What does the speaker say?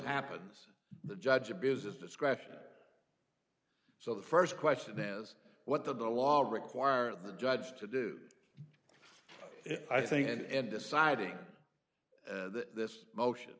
happens the judge abuses discretion so the first question is what the law require the judge to do i think and deciding that this motion